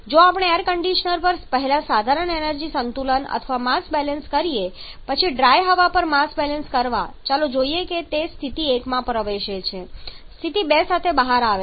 જો આપણે air conditioner પર પહેલા સાધારણ એનર્જી સંતુલન અથવા માસ બેલેન્સ કરીએ પછી ડ્રાય હવા પર માસ બેલેન્સ કરવા ચાલો જોઈએ કે તે સ્થિતિ 1 સાથે પ્રવેશે છે અને સ્થિતિ 2 સાથે બહાર આવે છે